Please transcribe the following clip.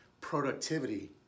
productivity